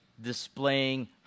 displaying